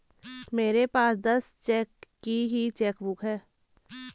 मेरे पास दस चेक की ही चेकबुक है